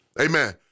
Amen